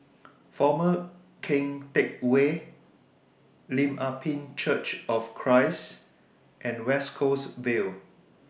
Former Keng Teck Whay Lim Ah Pin Church of Christ and West Coast Vale